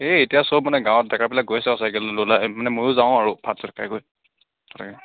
এ এতিয়া চব মানে গাঁৱৰ ডেকাবিলাক গৈছে চাইকেল লৈ ওলায় মানে মইও যাওঁ আৰু ভাত চাত খাই বৈ হয়